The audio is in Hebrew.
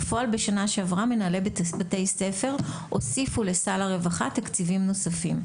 בפועל שנה שעברה מנהלי בתי ספר הוסיפו לסל הרווחה תקציבים נוספים.